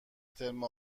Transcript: ترم